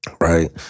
right